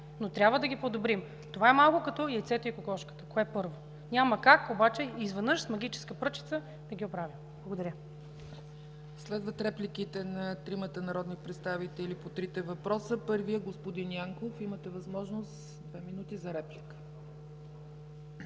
но трябва да ги подобрим. Това е малко като за яйцето и кокошката – кое е първо. Няма как обаче изведнъж с магическа пръчица да ги оправим. Благодаря. ПРЕДСЕДАТЕЛ ЦЕЦКА ЦАЧЕВА: Следват репликите на тримата народни представители по трите въпроса. Първи е господин Янков – имате възможност две минути за реплика.